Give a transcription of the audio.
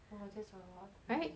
!wah! that's a lot right